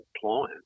client